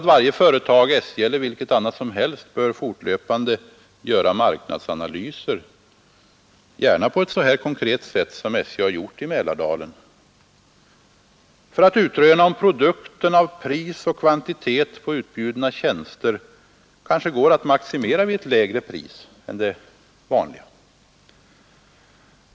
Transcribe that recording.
Varje företag bör naturligtvis fortlöpande göra marknadsanalyser, gärna så konkret som SJ har gjort i Mälardalen, för att utröna om produkten av pris och kvantitet på utbjudna tjänster går att maximera vid ett lägre pris än det vanliga.